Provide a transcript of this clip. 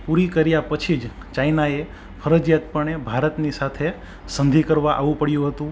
પૂરી કર્યા પછી જ ચાઈનાએ ફરજિયાત પણે ભારતની સાથે સંધી કરવા આવું પડ્યુંં હતું